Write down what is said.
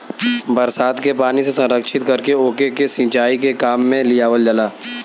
बरसात के पानी से संरक्षित करके ओके के सिंचाई के काम में लियावल जाला